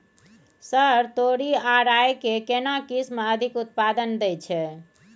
Sir तोरी आ राई के केना किस्म अधिक उत्पादन दैय छैय?